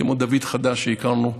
כמו דוד חדש שהכרנו: